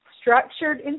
structured